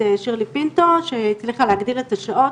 שירלי פינטו שהצליחה להגדיל את השעות,